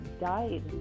died